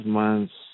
months